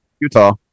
Utah